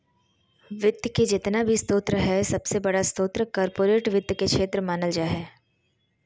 वित्त के जेतना भी स्रोत हय सबसे बडा स्रोत कार्पोरेट वित्त के क्षेत्र मानल जा हय